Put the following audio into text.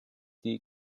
die